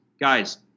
Guys